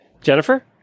Jennifer